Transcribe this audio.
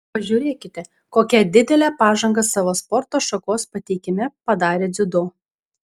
pažiūrėkite kokią didelę pažangą savo sporto šakos pateikime padarė dziudo